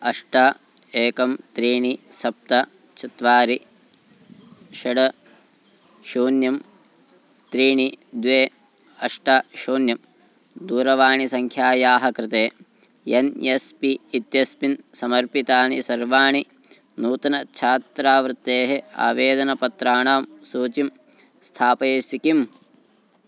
अष्ट एकं त्रीणि सप्त चत्वारि षड् शून्यं त्रीणि द्वे अष्ट शून्यं दूरवाणीसङ्ख्यायाः कृते एन् एस् पि इत्यस्मिन् समर्पितानि सर्वाणि नूतनछात्रवृत्तेः आवेदनपत्राणां सूचीं स्थापयसि किम्